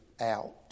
out